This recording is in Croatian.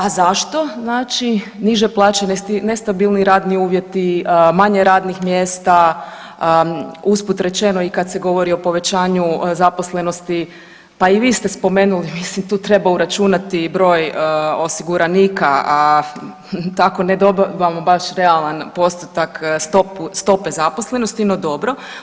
A zašto znači niže plaće, nestabilniji radni uvjeti, manje radnih mjesta usput rečeno i kad se govori o povećanju zaposlenosti pa i vi ste spomenuli, mislim tu treba uračunati i broj osiguranika, a tako ne dobivamo baš realan postotak stope zaposlenosti, no dobro.